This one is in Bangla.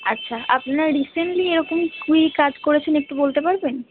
আচ্ছা আপনার রিসেন্টলি এরকম কী কাজ করেছেন একটু বলতে পারবেন